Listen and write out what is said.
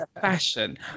fashion